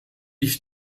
ich